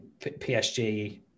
PSG